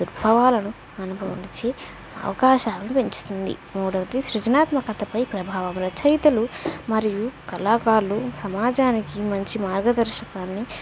దుర్భావాలను అనుభవంచే అవకాశాలను పెంచుతుంది మూడవది సృజనాత్మకతపై ప్రభావం రచయితలు మరియు కళాకారులు సమాజానికి మంచి మార్గదర్శకాన్ని